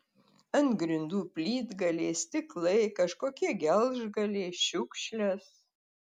ant grindų plytgaliai stiklai kažkokie gelžgaliai šiukšlės